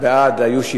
בעד, 7,